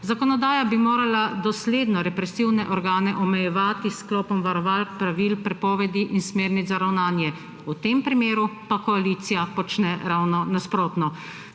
Zakonodaja bi morala dosledno represivne organe omejevati s sklopom varovalk, pravil, prepovedi in smernic za ravnanje. V tem primeru pa koalicija počne ravno nasprotno.